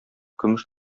көмеш